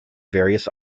various